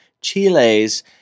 Chile's